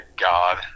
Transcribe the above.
god